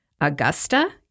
Augusta